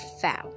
foul